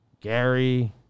Gary